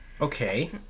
Okay